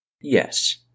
Yes